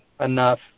enough